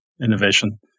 innovation